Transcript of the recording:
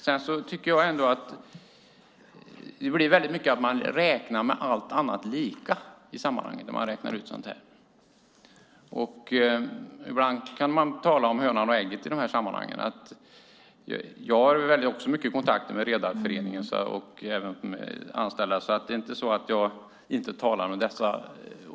Jag tycker att det när man räknar ut sådant här blir mycket att man räknar med allt annat lika i sammanhanget. Ibland kan vi tala om hönan och ägget i dessa sammanhang. Jag har också mycket kontakt med Redareföreningen och även med anställda, så det är inte så att jag inte talar med dem.